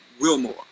wilmore